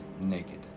naked